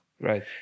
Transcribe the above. Right